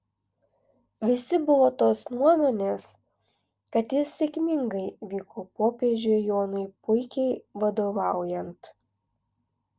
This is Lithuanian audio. visi buvo tos nuomonės kad jis sėkmingai vyko popiežiui jonui puikiai vadovaujant